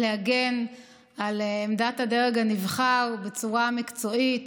להגן על עמדת הדרג הנבחר בצורה מקצועית,